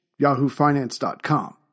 yahoofinance.com